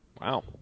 Wow